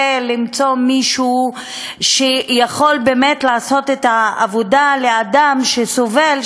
ולמצוא מישהו שיכול באמת לעשות את העבודה לאדם שסובל,